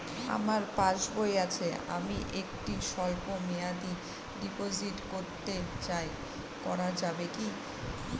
আমার পাসবই আছে আমি একটি স্বল্পমেয়াদি ডিপোজিট করতে চাই করা যাবে কি?